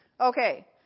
okay